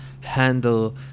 handle